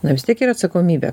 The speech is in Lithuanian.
na vis tiek yra atsakomybė